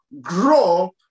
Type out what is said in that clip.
grow